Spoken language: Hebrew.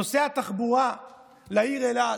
נושא התחבורה לעיר אילת,